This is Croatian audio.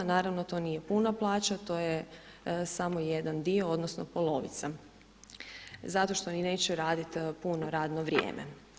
Naravno, to nije puna plaća, to je samo jedan dio odnosno polovica, zato što ni neće raditi puno radno vrijeme.